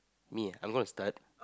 me I gonna to start